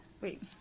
wait